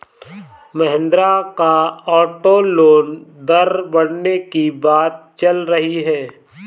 महिंद्रा का auto loan दर बढ़ने की बात चल रही है